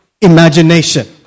imagination